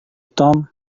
tom